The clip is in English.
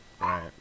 right